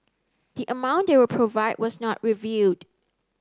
the amount they will provide was not revealed